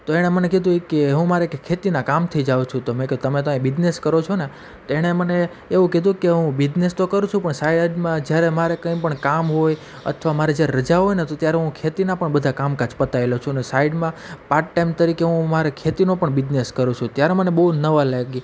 તો એણે મને કીધું એ કહે હું મારે ખેતીના કામથી જાઉ તો મેં કીધું તમે તો આયા બીજનેસ કરો છો ને તો એણે મને એવું કીધું કે હું બીજનેસ તો કરું છું પણ શાયદમાં જ્યારે મારે કંઈપણ કામ હોય અથવા મારે જ્યારે રજા હોયને તો ત્યારે હું ખેતીના પણ બધા કામકાજ પતાવી લઉં છું અને સાઇડમાં પાર્ટ ટાઈમ તરીકે હું મારે ખેતીનો પણ બીજનેસ કરું છું ત્યારે મને બહુ નવાઈ લાગી